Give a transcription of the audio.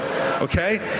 okay